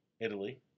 Italy